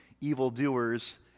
evildoers